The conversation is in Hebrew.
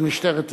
של משטרת ישראל.